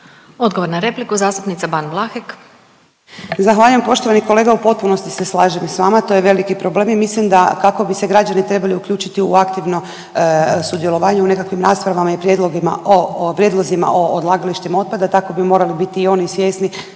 Odgovor na repliku zastupnica Ban Vlahek. **Ban, Boška (SDP)** Zahvaljujem poštovani kolega, u potpunosti se slažem s vama. To je veliki problem i mislim da kako bi se građani trebali uključiti u aktivno sudjelovanje u nekakvim rasprava i prijedlogima o, prijedlozima o odlagalištima otpada. Tako bi morali biti i oni svjesni